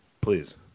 Please